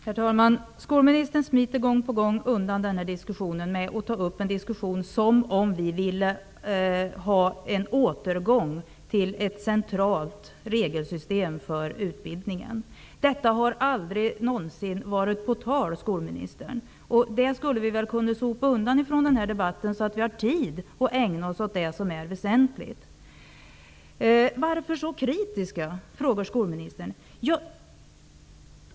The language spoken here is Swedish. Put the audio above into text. Herr talman! Skolministern smiter gång på gång undan genom att ta upp en diskussion som om vi ville ha en återgång till ett centralt regelsystem för utbildningen. Detta har aldrig någonsin varit på tal, skolministern, och det skulle vi väl kunna sopa undan från den här debatten, så att vi får tid att ägna oss åt det som är väsentligt. Varför så kritiska? frågar skolministern.